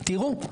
תראו,